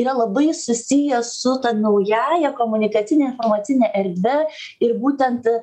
yra labai susiję su ta naująja komunikacine informacine erdve ir būtent